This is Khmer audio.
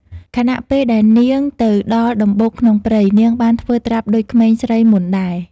ខណៈពេលដែលនាងទៅដល់ដំបូកក្នុងព្រៃ នាងបានធ្វើត្រាប់ដូចក្មេងស្រីមុនដែរ។